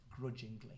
grudgingly